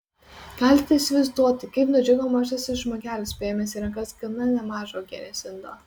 galite įsivaizduoti kaip nudžiugo mažasis žmogelis paėmęs į rankas gana nemažą uogienės indą